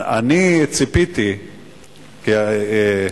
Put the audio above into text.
אני ציפיתי מאדוני,